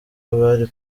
bari